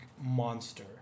monster